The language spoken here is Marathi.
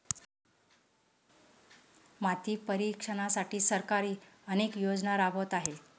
माती परीक्षणासाठी सरकार अनेक योजना राबवत आहे